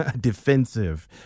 defensive